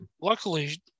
luckily